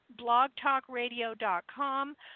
blogtalkradio.com